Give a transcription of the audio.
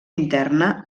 interna